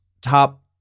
top